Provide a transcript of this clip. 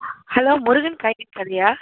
hello Murugan காய்கறி கடையா